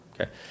okay